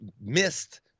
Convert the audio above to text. missed